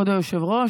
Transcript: כבוד היושב-ראש,